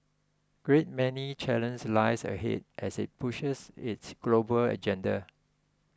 great many challenges lie ahead as it pushes its global agenda